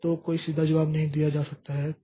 तो कोई सीधा जवाब नहीं दिया जा सकता है